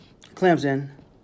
Clemson